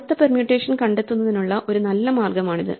അടുത്ത പെർമ്യൂട്ടേഷൻ കണ്ടെത്തുന്നതിനുള്ള ഒരു നല്ല മാർഗമാണിത്